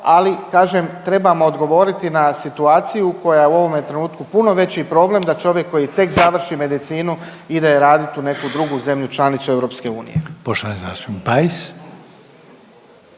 ali kažem trebamo odgovoriti na situaciju koja je u ovome trenutku puno veći problem da čovjek koji tek završi medicinu ide radit u neku drugu zemlju članicu EU. **Reiner,